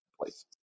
place